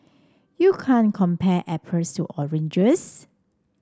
you can't compare apples to oranges